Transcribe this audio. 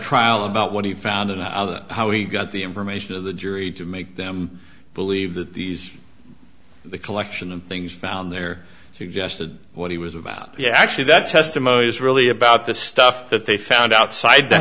trial about what he found and how he got the information to the jury to make them believe that these the collection of things found there suggested what he was about yeah actually that testimony is really about the stuff that they found outside th